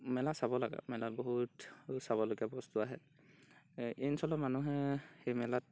মেলা চাব লাগে মেলাত বহুতো চাবলগীয়া বস্তু আহে এই অঞ্চলৰ মানুহে এই মেলাত